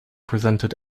presented